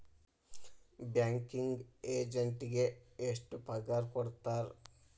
Banking ಎಜೆಂಟಿಗೆ ಎಷ್ಟ್ ಪಗಾರ್ ಕೊಡ್ತಾರ್?